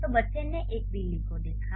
तो बच्चे ने एक बिल्ली को देखा